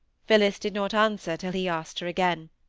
phillis did not answer till he asked her again.